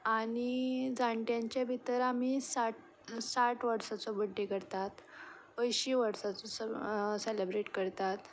आं नी जाणट्यांच्या भितर आमी साठ साठ वर्साचो बर्थडे करतात अंयशीं वर्सांचो सेलेब्रेट करतात